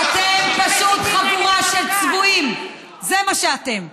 אתם פשוט חבורה של צבועים, זה מה שאתם.